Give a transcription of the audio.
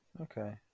Okay